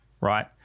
right